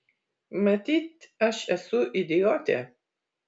matyt aš esu idiotė